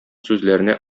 сүзләренә